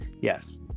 yes